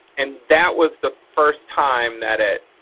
and that was the first time that it,